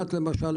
למשל,